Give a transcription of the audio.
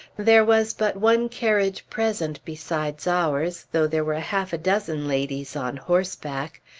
there was but one carriage present, besides ours, though there were half a dozen ladies on horseback.